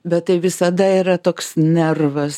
bet tai visada yra toks nervas